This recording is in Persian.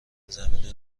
زمینه